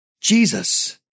Jesus